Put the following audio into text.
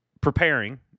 preparing